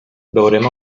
veurem